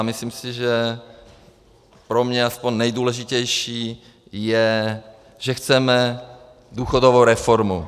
Myslím si, že pro mě aspoň nejdůležitější je, že chceme důchodovou reformu.